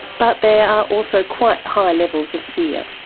but there are also quite high levels of fear.